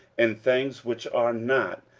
and things which are not,